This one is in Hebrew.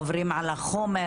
עוברים על החומר,